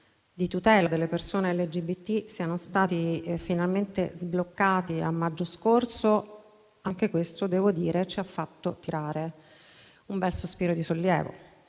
di tutela delle persone LGBT siano stati finalmente sbloccati a maggio scorso - devo dirlo - ha fatto tirare un bel sospiro di sollievo